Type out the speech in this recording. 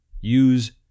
Use